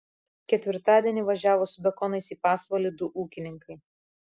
ketvirtadienį važiavo su bekonais į pasvalį du ūkininkai